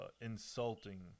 insulting